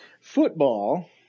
Football